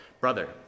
Brother